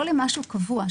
לא לדבר קבוע,